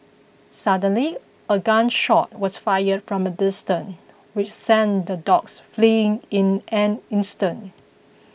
suddenly a gun shot was fired from a distance which sent the dogs fleeing in an instant